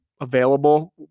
available